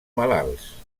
malalts